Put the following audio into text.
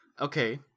Okay